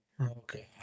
okay